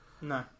No